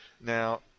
Now